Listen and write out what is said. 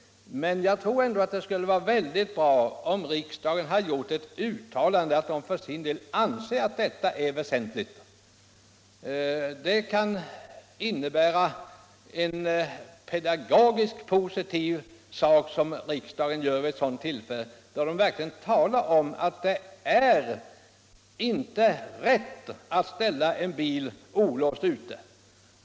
Men jag tror ändå att det vore väldigt bra om riksdagen hade gjort ett uttalande att den för sin del anser att detta är väsentligt. Det skulle innebära en pedagogisk och positiv insats, om riksdagen verkligen talade om att det inte är rätt att ställa en bil olåst ute.